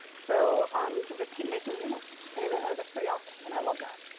so um you can just keep making new ones and that's pretty awesome and i love that.